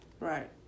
Right